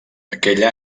aquell